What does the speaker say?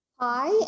hi